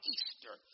Easter